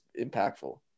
impactful